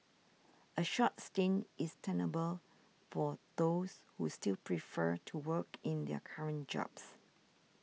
a short stint is tenable for those who still prefer to work in their current jobs